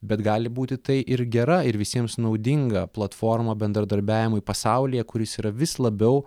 bet gali būti tai ir gera ir visiems naudinga platforma bendradarbiavimui pasaulyje kuris yra vis labiau